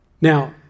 Now